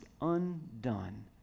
undone